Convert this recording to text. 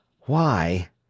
Why